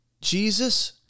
Jesus